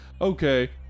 okay